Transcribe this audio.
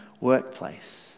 workplace